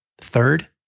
Third